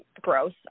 gross